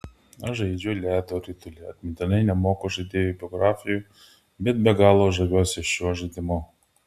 aš žaidžiu ledo ritulį atmintinai nemoku žaidėjų biografijų bet be galo žaviuosi šiuo žaidimu